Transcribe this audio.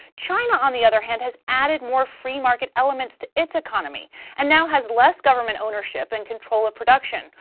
china, on the other hand, has added more free market elements to its economy and now has less government ownership and control of production,